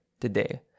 today